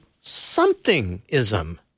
something-ism